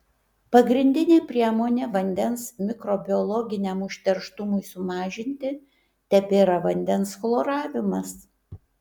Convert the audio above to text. pagrindinė priemonė vandens mikrobiologiniam užterštumui sumažinti tebėra vandens chloravimas